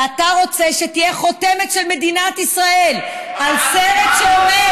ואתה רוצה שתהיה חותמת של מדינת ישראל על סרט שאומר,